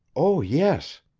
oh, yes,